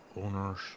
owners